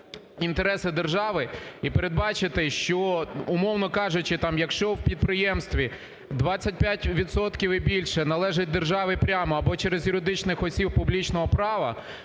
інтереси держави і передбачити, що, умовно кажучи, там, якщо у підприємстві 25 відсотків і більше належить державі прямо або через юридичних осіб публічного права,